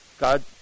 God